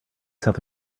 south